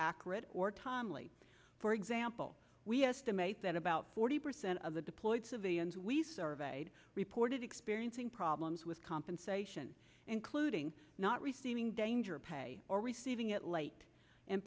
accurate or timely for example we estimate that about forty percent of the deployed civilians we surveyed reported experiencing problems with compensate including not receiving danger pay or receiving it late in